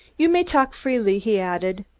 you may talk freely, he added.